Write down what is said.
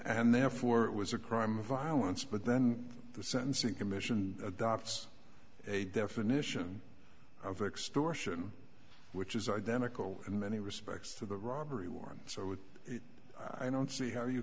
and therefore it was a crime of violence but then the sentencing commission adopts a definition of extortion which is identical in many respects to the robbery war so i don't see how you